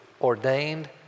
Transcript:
ordained